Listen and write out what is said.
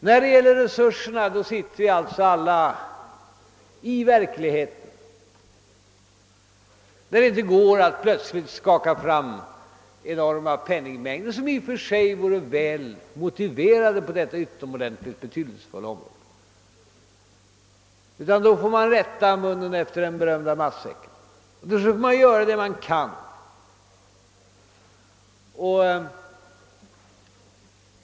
Beträffande resurserna vet vi alla att det inte går att plötsligt skaka fram enorma penningsummor, som i och för sig vore motiverade på detta utomordentligt betydelsefulla område. Man får rätta mun efter matsäck och göra vad man kan.